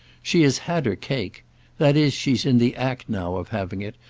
she has had her cake that is she's in the act now of having it,